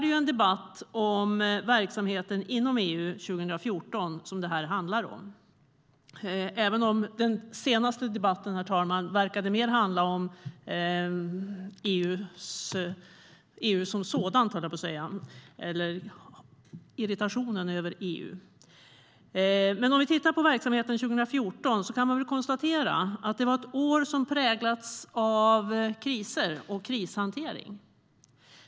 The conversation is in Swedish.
Den här debatten handlar om verksamheten inom EU 2014, även om den senaste delen av debatten mer verkade handla om EU som sådant eller irritationen över EU. Om vi tittar på verksamheten under 2014 kan man konstatera att det var ett år som präglades av kriser och krishantering.